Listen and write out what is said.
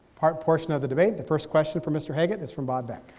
part portion of the debate. the first question from mister haggit is from bob beck.